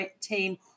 team